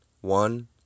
One